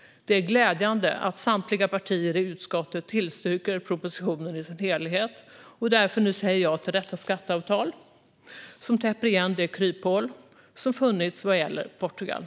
Det är glädjande att samtliga partier i utskottet tillstyrker propositionen i sin helhet och därför nu säger ja till detta skatteavtal, som täpper igen det kryphål som funnits vad gäller Portugal.